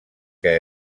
que